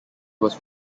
was